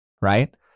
right